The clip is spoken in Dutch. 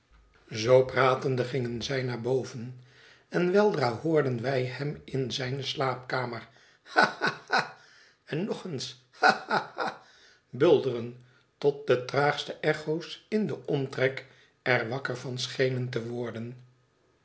zoo pratende gingen zij naar boven en weldra hoorden wij hem in zijne slaapkamer ha ha ha en nog eens ha ha ha bulderen tot de traagste echo's in den omtrek er wakker van schenen te worden